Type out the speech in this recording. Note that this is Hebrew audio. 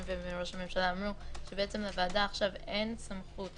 ומראש הממשלה אמרו - לוועדה כעת אין סמכות